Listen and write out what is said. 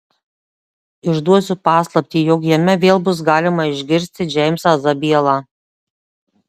išduosiu paslaptį jog jame vėl bus galima išgirsti džeimsą zabielą